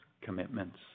commitments